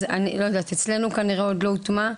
לא יודעת, אז אצלנו זה כנראה עוד לא הוטמע.